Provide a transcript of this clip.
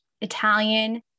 Italian